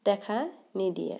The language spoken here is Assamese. দেখা নিদিয়ে